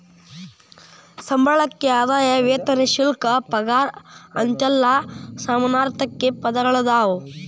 ಸಂಬಳಕ್ಕ ಆದಾಯ ವೇತನ ಶುಲ್ಕ ಪಗಾರ ಅಂತೆಲ್ಲಾ ಸಮಾನಾರ್ಥಕ ಪದಗಳದಾವ